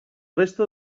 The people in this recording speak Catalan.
resta